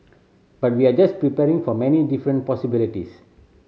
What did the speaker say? but we're just preparing for many different possibilities